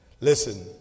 Listen